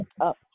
up